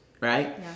Right